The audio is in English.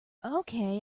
okay